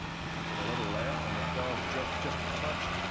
starts at a little left and it does drift just touch.